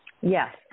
Yes